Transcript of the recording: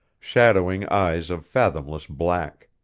shadowing eyes of fathomless black.